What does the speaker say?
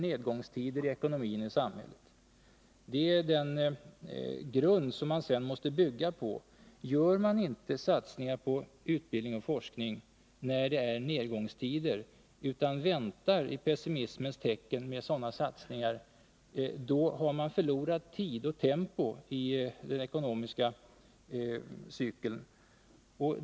Utbildning och forskning är den grund som vi sedan måste bygga på, och gör man inte en satsning på den sektorn när det är nedgångstider, utan i pessimismens tecken väntar med att 57 göra sådana satsningar, då har man förlorat tid och tempo.